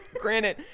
granted